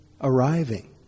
arriving